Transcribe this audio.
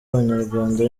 abanyarwanda